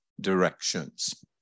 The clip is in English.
directions